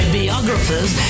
biographers